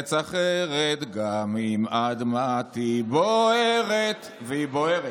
ארץ אחרת, / גם אם אדמתי בוערת" והיא בוערת,